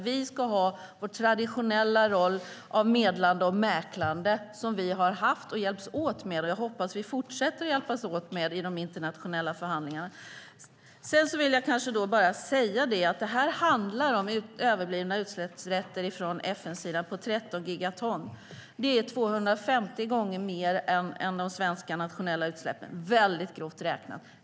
Vi ska ha vår traditionella roll av medlande och mäklande som vi har haft och hjälpts åt med och som jag hoppas att vi fortsätter att hjälpas åt med i de internationella förhandlingarna. Det här handlar om överblivna utsläppsrätter från FN:s sida på 13 gigaton. Det är 250 gånger mer än de svenska nationella utsläppen, grovt räknat.